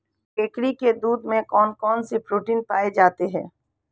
बकरी के दूध में कौन कौनसे प्रोटीन पाए जाते हैं?